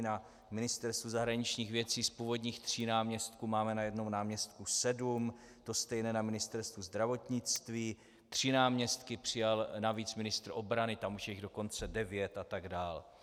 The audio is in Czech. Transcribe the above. Na Ministerstvu zahraničních věcí z původních tří náměstků máme najednou náměstků sedm, to stejné na Ministerstvu zdravotnictví, tři náměstky přijal navíc ministr obrany, tam už jich je dokonce devět, atd.